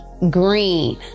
green